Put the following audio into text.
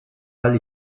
ahal